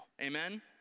amen